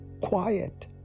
Quiet